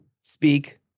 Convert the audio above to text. speak